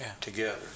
together